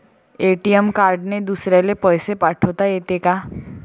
ATM कार्डने दुसऱ्याले पैसे पाठोता येते का?